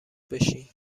باشین